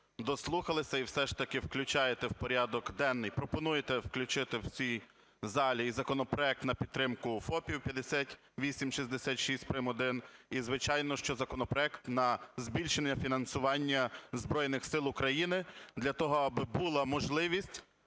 дослухалися і все ж таки включаєте в порядок денний, пропонуєте включити в цій залі і законопроект на підтримку ФОПів (5866 прим.1) і, звичайно що, законопроект на збільшення фінансування Збройних Сил України для того, аби була можливість